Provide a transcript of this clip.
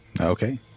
Okay